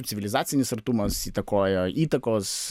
civilizacinis artumas įtakojo įtakos